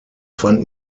fand